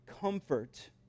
comfort